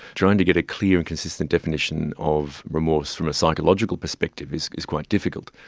trying to get a clear and consistent definition of remorse from a psychological perspective is is quite difficult.